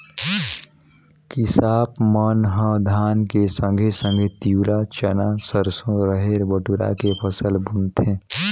किसाप मन ह धान के संघे संघे तिंवरा, चना, सरसो, रहेर, बटुरा के फसल बुनथें